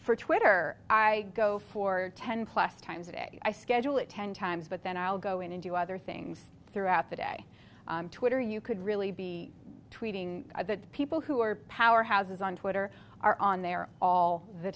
for twitter i go for ten plus times a day i schedule it ten times but then i'll go in and do other things throughout the day twitter you could really be tweeting that people who are powerhouses on twitter are on there all the